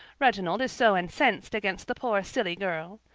reginald is so incensed against the poor silly girl.